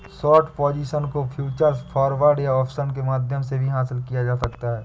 short position को futures, forwards या options के माध्यम से भी हासिल किया जाता है